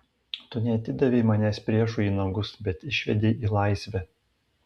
tu neatidavei manęs priešui į nagus bet išvedei į laisvę